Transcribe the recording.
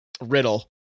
riddle